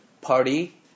party